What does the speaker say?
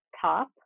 top